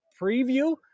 Preview